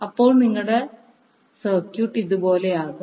അപ്പോൾ നിങ്ങളുടെ സർക്യൂട്ട് ഇതു 3പോലെയാകും